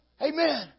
Amen